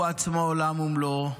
הוא עצמו עולם ומלואו,